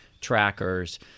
trackers